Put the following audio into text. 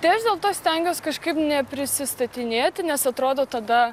tai aš dėl to stengiuos kažkaip neprisistatinėti nes atrodo tada